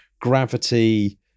gravity